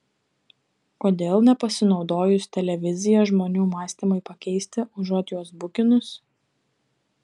kodėl nepasinaudojus televizija žmonių mąstymui pakeisti užuot juos bukinus